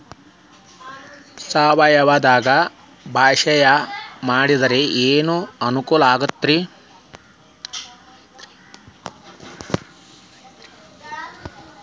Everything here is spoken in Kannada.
ಸಾವಯವದಾಗಾ ಬ್ಯಾಸಾಯಾ ಮಾಡಿದ್ರ ಏನ್ ಅನುಕೂಲ ಐತ್ರೇ?